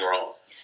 roles